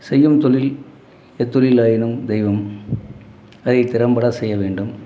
செய்யும் தொழில் எத்தொழில் ஆயினும் தெய்வம் அதை திறம்பட செய்ய வேண்டும்